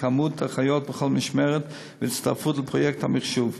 כמות אחיות בכל משמרת והצטרפות לפרויקט המחשוב.